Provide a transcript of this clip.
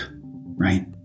right